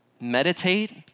meditate